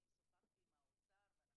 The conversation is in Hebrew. אני חייבת להגיד לכם ששוחחתי עם האוצר וחיפשנו